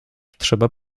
trzeba